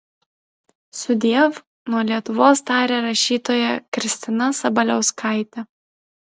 sudiev nuo lietuvos tarė rašytoja kristina sabaliauskaitė